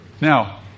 Now